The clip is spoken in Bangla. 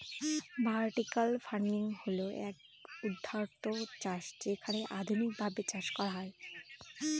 ভার্টিকাল ফার্মিং মানে হল ঊর্ধ্বাধ চাষ যেখানে আধুনিকভাবে চাষ করা হয়